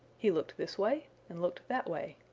he looked this way and looked that way.